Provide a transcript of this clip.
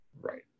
Right